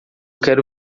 quero